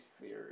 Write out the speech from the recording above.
theory